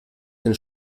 den